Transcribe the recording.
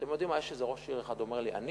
אתם יודעים מה, יש איזה ראש עיר אחד, אומר לי: אני